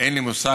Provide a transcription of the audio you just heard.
אין לי מושג.